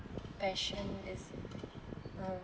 Passion is um